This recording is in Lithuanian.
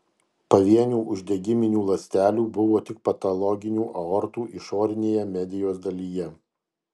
pavienių uždegiminių ląstelių buvo tik patologinių aortų išorinėje medijos dalyje